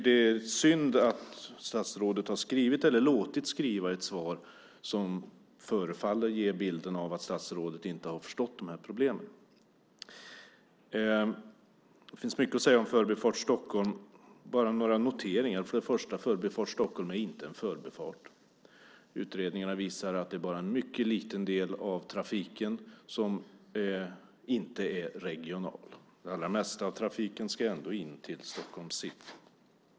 Det är synd att statsrådet har skrivit eller låtit skriva ett svar som förefaller ge bilden av att statsrådet inte har förstått de här problemen. Det finns mycket att säga om Förbifart Stockholm. Jag ska bara göra några noteringar. Först och främst är Förbifart Stockholm inte en förbifart. Utredningarna visar att det bara är en mycket liten del av trafiken som inte är regional. Det allra mesta av trafiken ska in till Stockholms city.